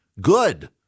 Good